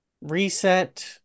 Reset